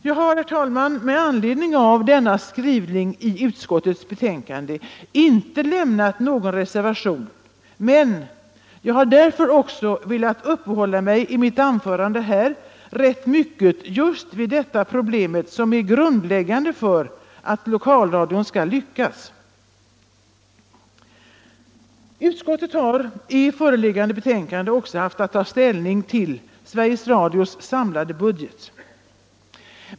Jag har inte avgivit någon reservation i anledning av denna utskottets skrivning, och därför har jag här i mitt anförande velat uppehålla mig rätt mycket vid just detta problem, som är grundläggande för att 1okalradion skall lyckas. I förevarande betänkande har utskottet också haft att ta ställning till Sveriges Radios samlade budget.